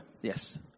Yes